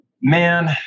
Man